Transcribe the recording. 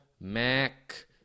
Mac